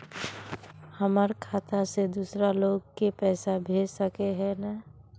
हमर खाता से दूसरा लोग के पैसा भेज सके है ने?